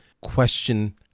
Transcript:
question